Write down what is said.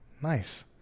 Nice